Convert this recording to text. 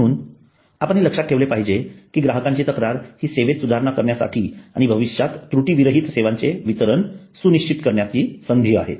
म्हणून आपण हे लक्षात ठेवले पाहिजे की ग्राहकाची तक्रार ही सेवेत सुधारणा करण्यासाठी आणि भविष्यात त्रुटी विरहित सेवांचे वितरण सुनिश्चित करण्याची संधी आहे